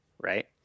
right